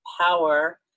power